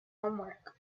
homework